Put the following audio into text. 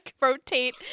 rotate